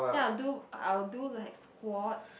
then I'll do I will do like squats